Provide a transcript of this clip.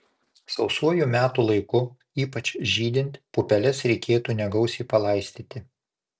sausuoju metų laiku ypač žydint pupeles reikėtų negausiai palaistyti